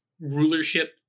rulership